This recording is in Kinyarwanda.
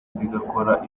zigakora